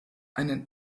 einen